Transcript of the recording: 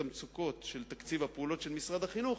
המצוקות של תקציב הפעולות של משרד החינוך,